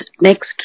next